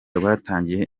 rwatangiye